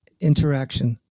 interaction